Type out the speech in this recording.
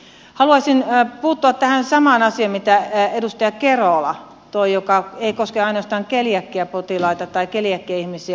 haluaisin puuttua tähän samaan asiaan jonka edustaja kerola toi esille joka ei koske ainoastaan keliakiapotilaita tai keliakiaihmisiä